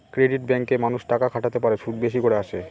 credit ব্যাঙ্কে মানুষ টাকা খাটাতে পারে, সুদ বেশি করে আসে